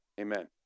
amen